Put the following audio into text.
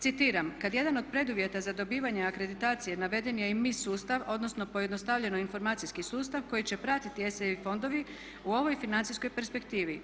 Citiram, kad jedan od preduvjeta za dobivanje akreditacije naveden je i MI sustav, odnosno pojednostavljeno informacijski sustav koji će pratiti ESI fondovi u ovoj financijskoj perspektivi.